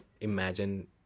Imagine